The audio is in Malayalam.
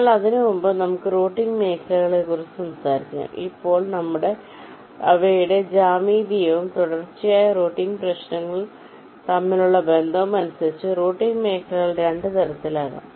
എന്നാൽ അതിനുമുമ്പ് നമുക്ക് റൂട്ടിംഗ് മേഖലകളെക്കുറിച്ച് സംസാരിക്കാം ഇപ്പോൾ അവയുടെ ജ്യാമിതീയവും തുടർച്ചയായ റൂട്ടിംഗ് പ്രദേശങ്ങൾ തമ്മിലുള്ള ബന്ധവും അനുസരിച്ച് റൂട്ടിംഗ് മേഖലകൾ 2 തരത്തിലാകാം